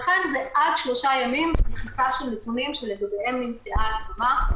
לכן זה עד שלושה ימים מחיקה של נתונים שלגביהם נמצאה התאמה.